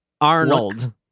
Arnold